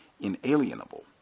inalienable